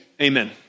amen